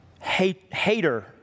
hater